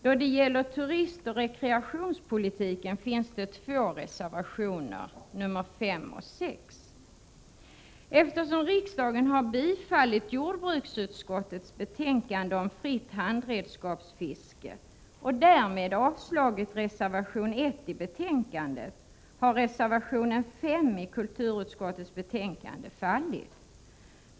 Då det gäller turistoch rekreationspolitiken finns två reservationer, nr 5 och 6. Eftersom riksdagen har bifallit jordbruksutskottets betänkande om fritt handredskapsfiske — och därmed avslagit reservationen 1i betänkandet — har reservationen 5 i kulturutskottets betänkande fallit.